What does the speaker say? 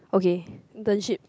okay internship